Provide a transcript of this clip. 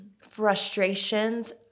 frustrations